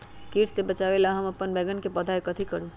किट से बचावला हम अपन बैंगन के पौधा के कथी करू?